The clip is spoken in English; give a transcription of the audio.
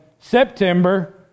September